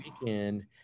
weekend